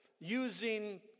using